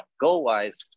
goal-wise